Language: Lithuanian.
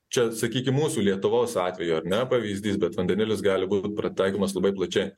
čia sakykim mūsų lietuvos atveju ar ne pavyzdys bet vandenilis gali būt pritaikomas labai plačiai